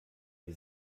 die